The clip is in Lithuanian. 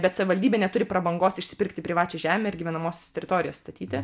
bet savivaldybė neturi prabangos išsipirkti privačią žemę ir gyvenamosios teritorijas statyti